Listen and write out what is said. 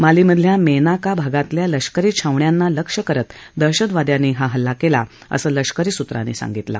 मालीमधल्या Menaka भागातल्या लष्करी छावण्यांना लक्ष करत दहशतवाद्यांनी हा हल्ला केला असं लष्करी सुत्रांनी सांगितलं